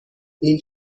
این